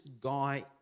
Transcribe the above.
guy